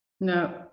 No